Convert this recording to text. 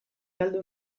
galdu